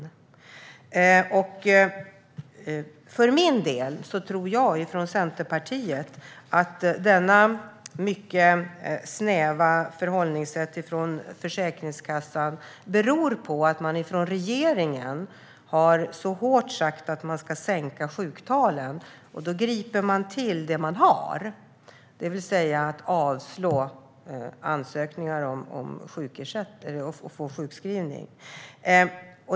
Som centerpartist tror jag att Försäkringskassans snäva förhållningssätt beror på att regeringen varit så hård med att sjuktalen ska sänkas, och då tar man till det man har, det vill säga att avslå ansökningar om sjukpenning.